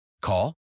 Call